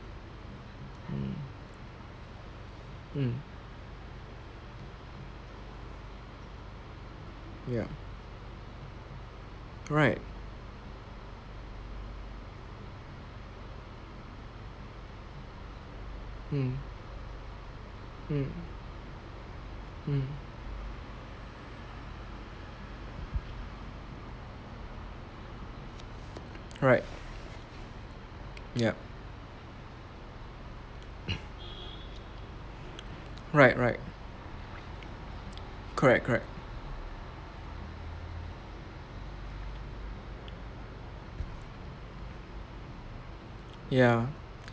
mm um yup right mm mm mm alright yup right right correct correct ya